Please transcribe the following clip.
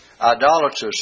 idolatrous